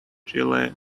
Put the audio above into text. chile